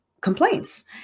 complaints